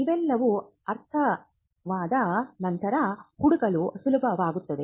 ಇವೆಲ್ಲವೂ ಅರ್ಥವಾದ ನಂತರ ಹುಡುಕಲು ಸುಲಭವಾಗುತ್ತದೆ